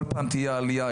כל פעם תהיה עלייה,